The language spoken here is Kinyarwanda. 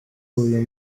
uyu